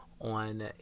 on